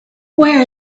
where